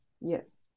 Yes